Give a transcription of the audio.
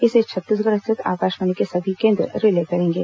इसे छत्तीसगढ़ स्थित आकाशवाणी के सभी केंद्र रिले करेंगे